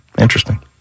Interesting